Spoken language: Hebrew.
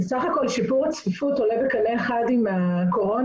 שיפור הצפיפות עולה בקנה אחד עם הקורונה.